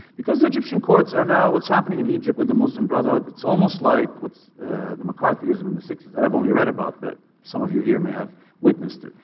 because egyptian courts are now. what's happening in egypt with the muslim brotherhood, it's almost like what the mccarthyism in the sixty s that, i've only read about that. some of you here may have witnessed it.